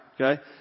Okay